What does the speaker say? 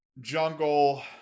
Jungle